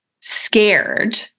scared